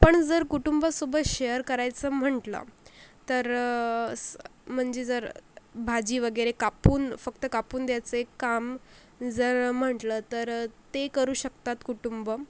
पण जर कुटुंबासोबत शेअर करायचं म्हटलं तर म्हणजे जर भाजी वगैरे कापून फक्त कापून द्यायचे काम जर म्हटलं तर ते करू शकतात कुटुंब